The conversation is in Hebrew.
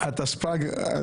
התשפ"ג -- תראה,